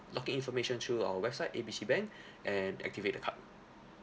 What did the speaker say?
login information through our website A B C bank and activate the card